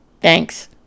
Thanks